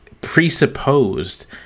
presupposed